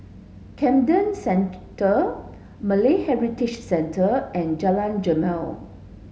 Camden Centre Malay Heritage Centre and Jalan Jamal